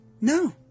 no